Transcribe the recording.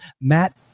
matt